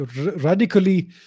radically